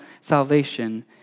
salvation